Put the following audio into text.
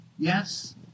Yes